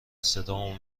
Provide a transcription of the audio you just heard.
صدامو